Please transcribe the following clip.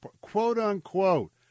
quote-unquote